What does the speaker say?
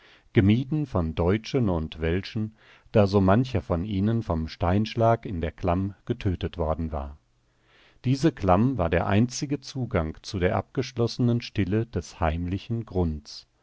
gemieden von deutschen und welschen da so mancher von ihnen vom steinschlag in der klamm getötet worden war diese klamm war der einzige zugang zu der abgeschlossenen stille des heimlichen grunds